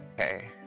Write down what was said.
Okay